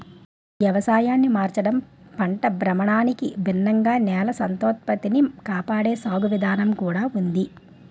వ్యవసాయాన్ని మార్చడం, పంట భ్రమణానికి భిన్నంగా నేల సంతానోత్పత్తి కాపాడే సాగు విధానం కూడా ఉంది